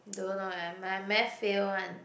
don't know leh my math fail one